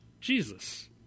Jesus